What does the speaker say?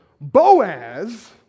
Boaz